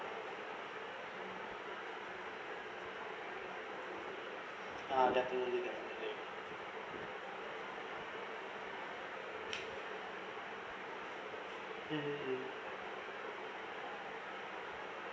ah definitely definitely mmhmm